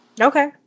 Okay